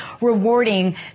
rewarding